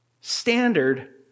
standard